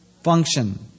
function